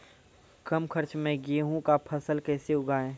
कम खर्च मे गेहूँ का फसल कैसे उगाएं?